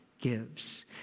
gives